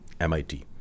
MIT